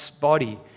body